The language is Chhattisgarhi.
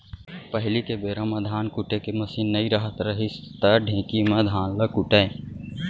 पहिली के बेरा म धान कुटे के मसीन नइ रहत रहिस त ढेंकी म धान ल कूटयँ